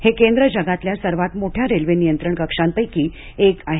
हे केंद्र जगातल्या सर्वात मोठ्या रेल्वे नियंत्रण कक्षांपैकी एक आहे